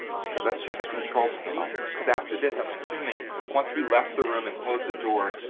okay, let's check the control panel. because after this i'm assuming once we left the room and closed the door.